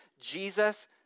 Jesus